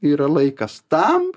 yra laikas tam